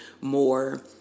more